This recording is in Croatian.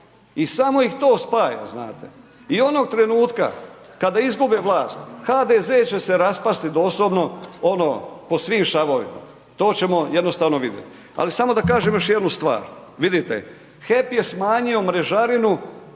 i samo ih to spaja znate i onog trenutka kada izgube vlast, HDZ će se raspasti doslovno, ono po svim šavovima, to ćemo jednostavno vidjeti. Ali samo da kažem još jednu stvar, vidite, HEP je smanjio mrežarinu,